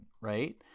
right